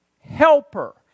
helper